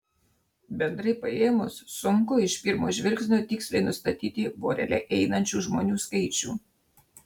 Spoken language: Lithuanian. bendrai paėmus sunku iš pirmo žvilgsnio tiksliai nustatyti vorele einančių žmonių skaičių